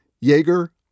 Jaeger